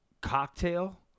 cocktail